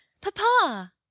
Papa